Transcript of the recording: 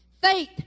faith